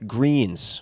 Greens